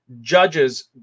judges